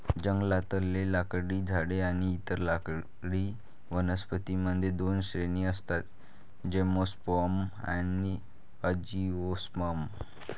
जंगलातले लाकडी झाडे आणि इतर लाकडी वनस्पतीं मध्ये दोन श्रेणी असतातः जिम्नोस्पर्म आणि अँजिओस्पर्म